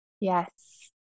yes